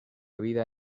vida